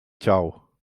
tgau